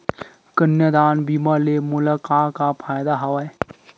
कन्यादान बीमा ले मोला का का फ़ायदा हवय?